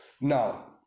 Now